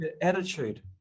attitude